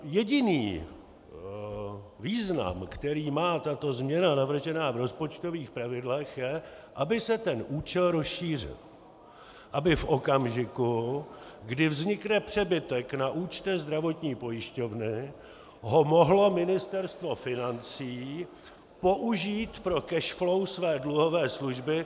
Jediný význam, který má tato změna navržená v rozpočtových pravidlech, je, aby se ten účel rozšířil, aby v okamžiku, kdy vznikne přebytek na účtě zdravotní pojišťovny, ho mohlo Ministerstvo financí použít pro cash flow své dluhové služby.